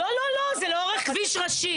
לא, זה לאורך כביש ראשי.